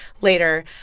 later